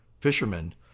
fishermen